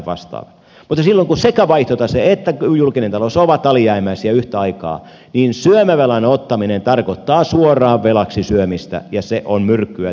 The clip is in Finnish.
mutta silloin kun sekä vaihtotase että julkinen talous ovat alijäämäisiä yhtä aikaa syömävelan ottaminen tarkoittaa suoraan velaksi syömistä ja se on myrkkyä tähän tilanteeseen